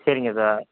சரிங்க சார்